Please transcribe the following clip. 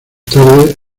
tarde